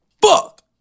Fuck